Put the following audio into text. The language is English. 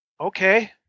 okay